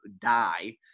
die